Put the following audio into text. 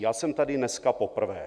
Já jsem tady dneska poprvé.